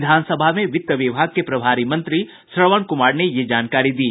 विधानसभा में वित्त विभाग के प्रभारी मंत्री श्रवण कुमार ने यह जानकारी दी